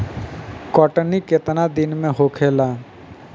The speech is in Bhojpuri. कटनी केतना दिन में होखेला?